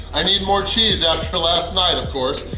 i need more cheese after last night, of course!